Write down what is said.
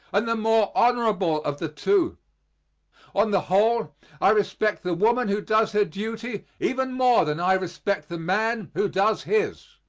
and the more honorable of the two on the whole i respect the woman who does her duty even more than i respect the man who does his.